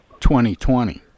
2020